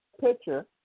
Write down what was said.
picture